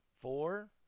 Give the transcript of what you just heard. four